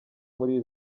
muri